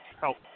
help